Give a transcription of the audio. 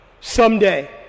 Someday